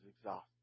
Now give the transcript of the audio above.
exhausted